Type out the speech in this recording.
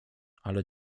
ale